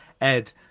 Ed